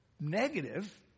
negative